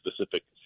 specific